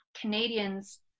Canadians